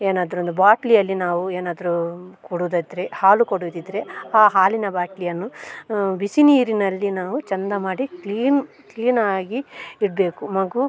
ಏನಾದರೂ ಒಂದು ಬಾಟ್ಲಿಯಲ್ಲಿ ನಾವು ಏನಾದರೂ ಕೊಡುವುದಿದ್ರೆ ಹಾಲು ಕೊಡುವುದಿದ್ರೆ ಆ ಹಾಲಿನ ಬಾಟ್ಲಿಯನ್ನು ಬಿಸಿ ನೀರಿನಲ್ಲಿ ನಾವು ಚಂದ ಮಾಡಿ ಕ್ಲೀನ್ ಕ್ಲೀನಾಗಿ ಇಡಬೇಕು ಮಗು